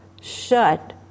shut